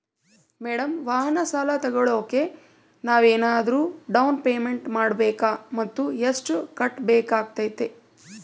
Madam ವಾಹನ ಸಾಲ ತೋಗೊಳೋಕೆ ನಾವೇನಾದರೂ ಡೌನ್ ಪೇಮೆಂಟ್ ಮಾಡಬೇಕಾ ಮತ್ತು ಎಷ್ಟು ಕಟ್ಬೇಕಾಗ್ತೈತೆ?